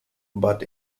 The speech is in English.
but